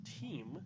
team